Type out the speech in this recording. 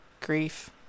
grief